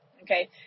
okay